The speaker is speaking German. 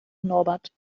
norbert